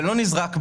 זה לא נזרק באוויר,